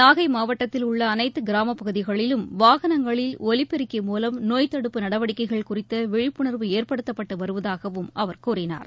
நாகை மாவட்டத்தில் உள்ள அனைத்து கிராமப்பகுதிகளிலும் வாகனங்களில் ஒலிப்பெருக்கி மூலம் நோய்த்தடுப்பு நடவடிக்கைகள் குறித்த விழிப்புணா்வு ஏற்படுத்தப்பட்டு வருவதாகவும் அவர் கூறினார்